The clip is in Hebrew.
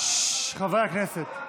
--- חברי הכנסת.